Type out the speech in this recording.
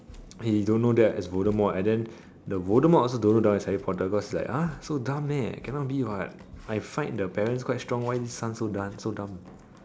he don't know that is the voldemort and then the voldemort also don't know that one is Harry Potter because cannot be what I fight the parents so strong why the son so dumb